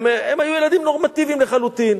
הם היו ילדים נורמטיביים לחלוטין.